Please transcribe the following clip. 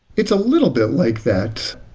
it's a little bit like that.